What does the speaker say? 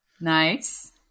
Nice